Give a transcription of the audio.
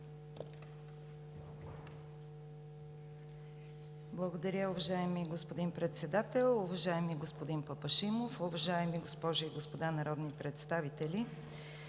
Благодаря, уважаеми господин Председател. Уважаема госпожо Желязкова, уважаеми госпожи и господа народни представители!